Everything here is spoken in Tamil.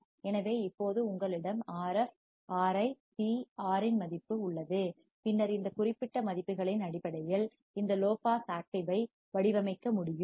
எனவே இப்போது உங்களிடம் Rf Ri C R இன் மதிப்பு உள்ளது பின்னர் இந்த குறிப்பிட்ட மதிப்புகளின் அடிப்படையில் இந்த லோ பாஸ் ஆக்டிவ் ஐ வடிவமைக்க முடியும்